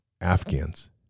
Afghans